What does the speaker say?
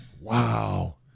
Wow